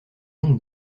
donc